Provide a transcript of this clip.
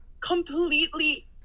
completely